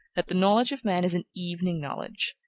that the knowledge of man is an evening knowledge,